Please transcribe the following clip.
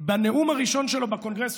בנאום הראשון שלו בקונגרס,